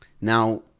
Now